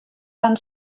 van